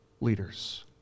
leaders